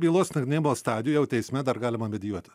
bylos nagrinėjimo stadijoj jau teisme dar galima medijuoti